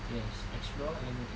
yes explore and learn new things